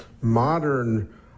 modern